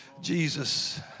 Jesus